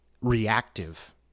reactive